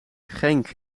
genk